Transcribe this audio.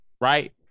right